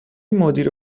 مدیر